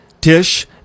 Tish